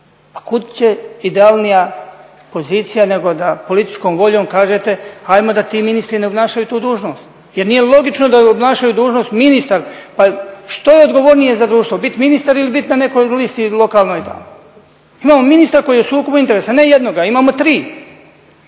Kud će idealnija pozicija nego da političkom voljom kažete, ajmo da ti ministri ne obnašaju tu dužnost jer nije logično da obnaša dužnost ministar. Pa što je odgovornije za društvo, biti ministar ili biti na nekoj listi lokalnoj tamo? Imamo ministra koji je u sukobu interesa, ne jednoga, imamo 3.